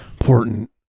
important